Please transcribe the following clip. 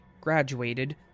graduated